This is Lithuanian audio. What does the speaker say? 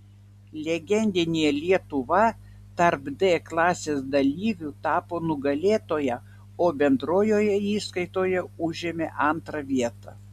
legendinė lietuva tarp d klasės dalyvių tapo nugalėtoja o bendrojoje įskaitoje užėmė antrą vietą